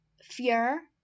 fear